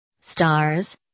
Stars